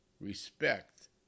Respect